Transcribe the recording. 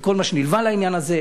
וכל מה שנלווה לעניין הזה,